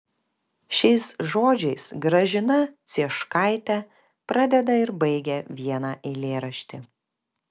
šiais žodžiais gražina cieškaitė pradeda ir baigia vieną eilėraštį